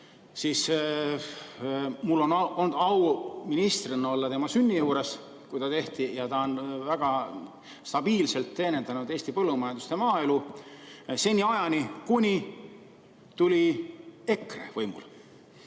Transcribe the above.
siis mul on olnud au ministrina olla tema sünni juures, kui ta tehti. Ta on väga stabiilselt teenindanud Eesti põllumajandust ja maaelu seniajani, kuni tuli EKRE võimule.